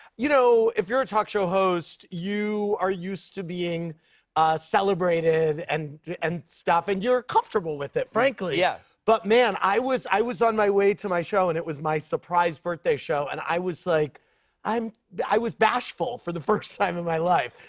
you know, if you're a talk show host, you are used to being celebrated and and stuff and you're comfortable with it, frankly. yeah. but, man, i was i was on my way to my show, and it was my surprise birthday show. and i was like but i was bashful for the first time in my life.